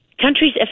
countries